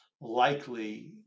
likely